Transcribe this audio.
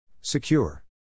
Secure